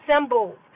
symbols